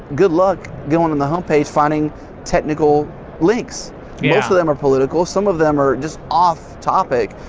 good luck going on the homepage finding technical links most of them are political, some of them are just off topic,